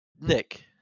Nick